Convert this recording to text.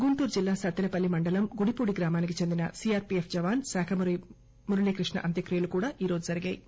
గుంటూరు జిల్లా సత్తెనపల్లి మండలం గుడిపూడి గ్రామానికి చెందిన సీఆర్పీఎఫ్ జవాను శాఖమూరి మురళీకృష్ణ అంత్యక్రియలు కూడా ఈరోజు జరిగాయి